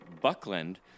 Buckland